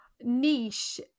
niche